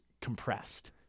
compressed